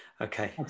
okay